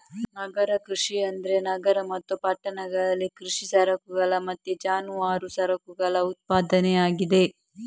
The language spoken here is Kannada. ನಗರ ಕೃಷಿ ಅಂದ್ರೆ ನಗರ ಮತ್ತು ಪಟ್ಟಣಗಳಲ್ಲಿ ಕೃಷಿ ಸರಕುಗಳ ಮತ್ತೆ ಜಾನುವಾರು ಸರಕುಗಳ ಉತ್ಪಾದನೆ ಆಗಿದೆ